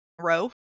row